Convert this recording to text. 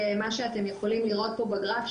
מה שאתם יכולים לראות פה בגרף,